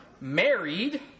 married